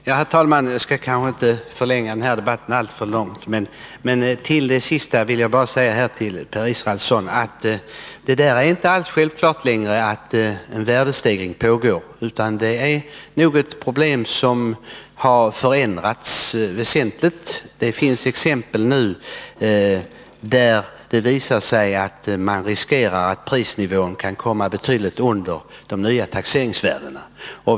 Herr talman! Jag skall kanske inte förlänga debatten alltför mycket. Jag vill bara säga till Per Israelsson att det inte alls är självklart längre att en värdestegring pågår, utan det är ett förhållande som har förändrats väsentligt. Det finns exempel nu som visar att man riskerar att prisnivån kan komma betydligt under de nya taxeringsvärdena.